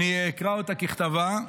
אקרא אותה ככתבה: